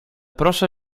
proszę